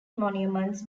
monuments